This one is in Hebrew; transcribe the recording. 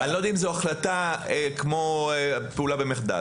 אני לא יודע אם זאת החלטה כמו פעולה במחדל.